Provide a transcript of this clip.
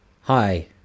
Hi